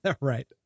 Right